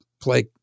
play